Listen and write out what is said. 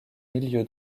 milieu